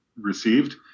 received